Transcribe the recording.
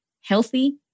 healthy